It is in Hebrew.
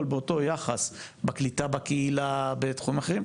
באותו יחס בקליטה בקהילה ובתחומים אחרים,